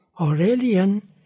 Aurelian